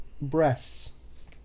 breasts